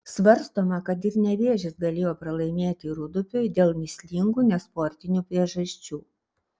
svarstoma kad ir nevėžis galėjo pralaimėti rūdupiui dėl mįslingų nesportinių priežasčių